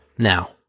Now